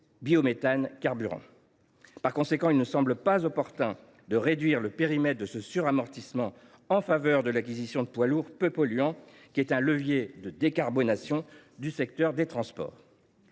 biométhane carburant. Par conséquent, il ne nous semble pas opportun de réduire le périmètre de ce suramortissement en faveur de l’acquisition de poids lourds peu polluants, qui est un levier de décarbonation du secteur des transports.